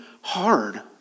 hard